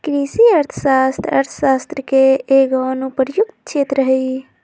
कृषि अर्थशास्त्र अर्थशास्त्र के एगो अनुप्रयुक्त क्षेत्र हइ